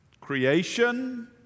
creation